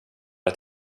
att